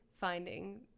finding